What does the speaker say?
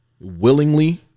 Willingly